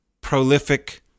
prolific